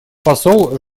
посол